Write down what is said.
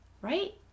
right